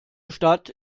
stadt